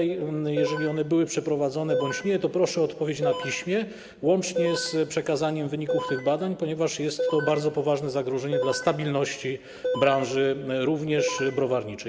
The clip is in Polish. Jeżeli one były przeprowadzone bądź nie, to proszę o odpowiedź na piśmie, łącznie z przekazaniem wyników tych badań, ponieważ jest to bardzo poważne zagrożenie dla stabilności branży, również browarniczej.